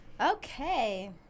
okay